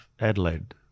Adelaide